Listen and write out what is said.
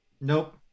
Nope